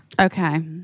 Okay